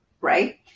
right